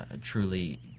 truly